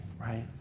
right